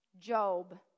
Job